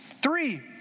Three